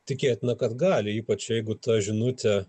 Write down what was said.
tikėtina kad gali ypač jeigu ta žinutė